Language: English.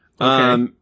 Okay